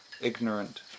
ignorant